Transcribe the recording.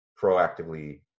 proactively